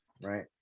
right